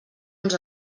uns